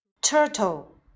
turtle